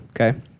okay